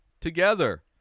together